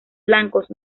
blancos